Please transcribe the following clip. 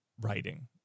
writing